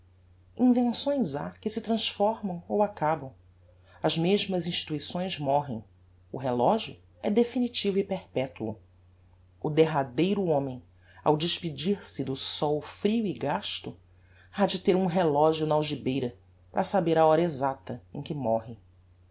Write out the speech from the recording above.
invenções ha que se transformam ou acabam as mesmas instituições morrem o relogio é definitivo e perpetuo o derradeiro homem ao despedir-se do sol frio e gasto hade ter um relogio na algibeira para saber a hora exacta em que morre